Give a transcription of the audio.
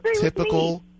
typical